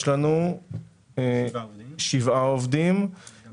יש לנו שבעה עובדים מהמגזר הערבי.